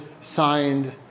signed